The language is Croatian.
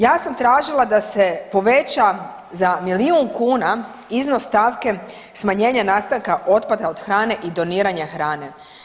Ja sam tražila da se poveća za milijun kuna iznos stavke smanjenje nastanka otpada od hrane i doniranja hrane.